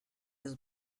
had